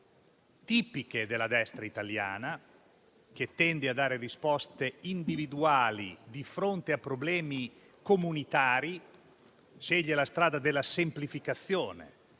tipiche della destra italiana, che tende a dare risposte individuali di fronte a problemi comunitari. Sceglie la strada della semplificazione,